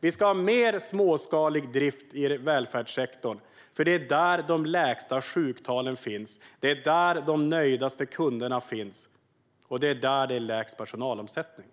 Vi ska ha mer småskalig drift i välfärdssektorn. Det är nämligen där de lägsta sjuktalen finns. Det är där de nöjdaste kunderna finns, och det är där det är lägst personalomsättning.